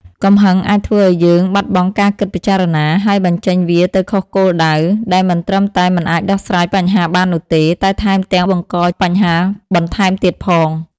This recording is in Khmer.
កំហឹងអាចធ្វើឲ្យយើងបាត់បង់ការគិតពិចារណា ហើយបញ្ចេញវាទៅខុសគោលដៅ ដែលមិនត្រឹមតែមិនអាចដោះស្រាយបញ្ហាបាននោះទេ តែថែមទាំងបង្កបញ្ហាបន្ថែមទៀតផង។